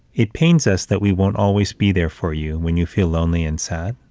it pains us that we won't always be there for you when you feel lonely and sad,